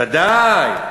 ודאי.